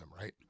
right